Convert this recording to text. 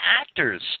actors